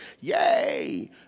yay